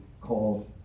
called